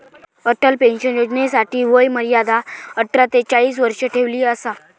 Atal pension योजनेसाठी वय मर्यादा अठरा ते चाळीस वर्ष ठेवली असा